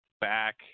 back